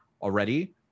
already